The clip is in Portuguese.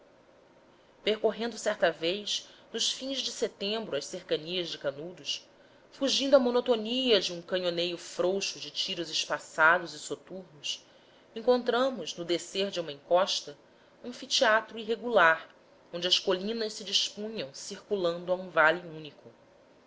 percorrendo certa vez nos fins de setembro as cercanias de canudos fugindo à monotonia de um canhoneiro frouxo de tiros espaçados e soturnos encontramos no descer de uma encosta anfiteatro irregular onde as colinas se dispunham circulando um vale único